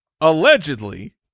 allegedly